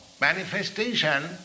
manifestation